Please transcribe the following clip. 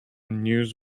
news